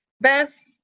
Beth